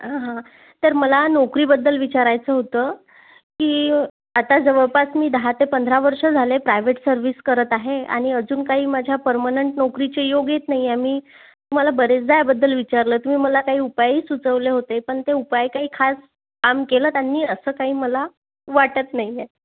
हां तर मला नोकरीबद्दल विचारायचं होतं की आता जवळपास मी दहा ते पंधरा वर्ष झाले प्रायव्हेट सर्विस करत आहे आणि अजून काही माझ्या परमनंट नोकरीचे योग येत नाही आहे मी तुम्हाला बरेचदा याबद्दल विचारलं तुम्ही मला काही उपायही सुचवले होते पण ते उपाय काही खास काम केलं आहेत आणि असं काही मला वाटत नाही आहेत